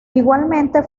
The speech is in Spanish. igualmente